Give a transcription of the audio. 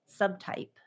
subtype